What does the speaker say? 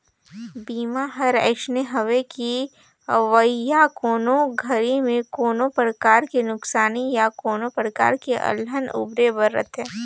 बीमा हर अइसने हवे कि अवइया कोनो घरी मे कोनो परकार के नुकसानी या कोनो परकार के अलहन ले उबरे बर रथे